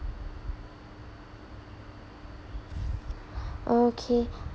okay